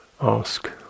ask